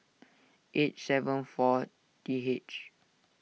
eight seven four T H